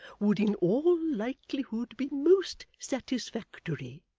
would in all likelihood be most satisfactory.